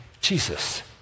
Jesus